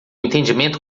entendimento